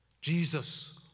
Jesus